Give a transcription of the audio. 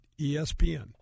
ESPN